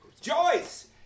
Joyce